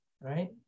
Right